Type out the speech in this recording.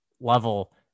level